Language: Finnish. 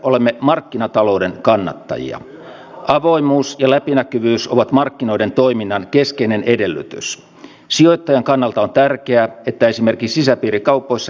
sinne ei mennä yhdellä poliisipartiolla vaan menee aikaa että tulee kaksi kolme poliisipartiota ja tämä on kyllä kustannuskysymys